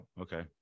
Okay